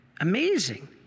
Amazing